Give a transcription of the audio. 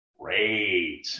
Great